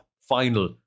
Final